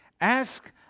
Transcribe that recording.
ask